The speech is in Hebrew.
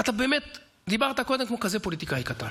אתה באמת דיברת קודם כמו כזה פוליטיקאי קטן.